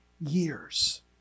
years